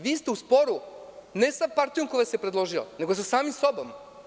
Vi ste u sporu ne sa partijom koja vas je predložila, nego sa samim sobom.